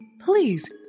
Please